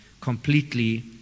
completely